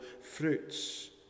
fruits